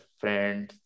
friends